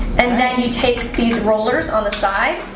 and then you take these rollers on the side,